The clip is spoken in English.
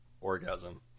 orgasm